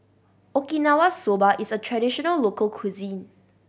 Okinawa Soba is a traditional local cuisine